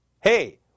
Hey